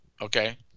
okay